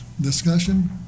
Discussion